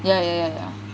yeah yeah yeah